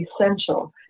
essential